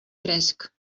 fresc